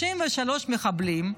33 מחבלים,